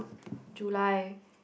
July